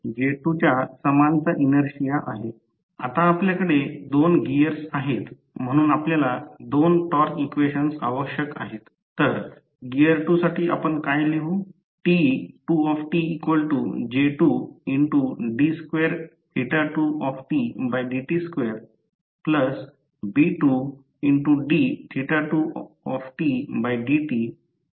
म्हणून मी पुन्हा पुन्हा सांगतो फक्त ही गोष्ट पाहण्यासाठी प्रयोगशाळेत पहा आणि हे जे काही आहे ते सांगण्यापूर्वी हे 3 फेज स्टेटर आहे हे ट्रान्सफॉर्मर मध्ये माहित आहे की फ्लक्स चा काळ बदलत होता